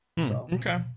okay